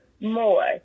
more